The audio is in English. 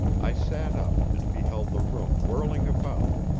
i sat up and beheld the room whirling about,